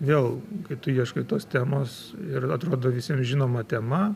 vėl kai tu ieškai tos temos ir atrodo visiems žinoma tema